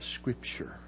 Scripture